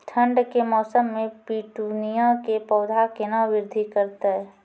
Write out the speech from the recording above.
ठंड के मौसम मे पिटूनिया के पौधा केना बृद्धि करतै?